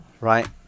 right